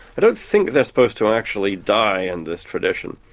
i don't think they're supposed to actually die in this tradition.